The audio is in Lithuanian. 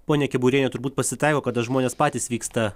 ponia keburiene turbūt pasitaiko kada žmonės patys vyksta